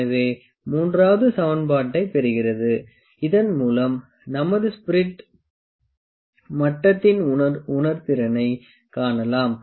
எனவே இது 3 வது சமன்பாட்டைப் பெறுகிறது இதன் மூலம் நமது ஸ்பிரிட் மட்டத்தின் உணர்திறனைக் காணலாம்